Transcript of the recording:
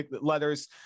letters